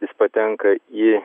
jis patenka į